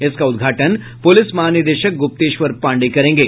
इसका उद्घाटन पुलिस महानिदेशक गुप्तेश्वर पाण्डेय करेंगे